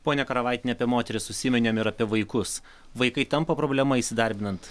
ponia karavaitiene apie moteris užsiminėm ir apie vaikus vaikai tampa problema įsidarbinant